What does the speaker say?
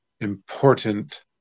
important